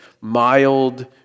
mild